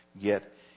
get